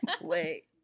Wait